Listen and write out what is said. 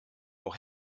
auch